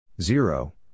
Zero